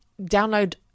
download